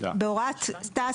בהוראת תע"ש